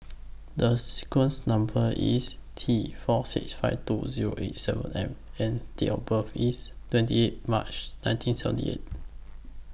The sequence Number IS T four six five two Zero eight seven M and Date of birth IS twenty eight March nineteen seventy eight